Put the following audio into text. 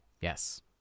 Yes